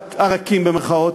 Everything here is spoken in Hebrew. הרכים, במירכאות,